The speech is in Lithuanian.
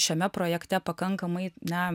šiame projekte pakankamai na